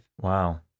Wow